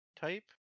type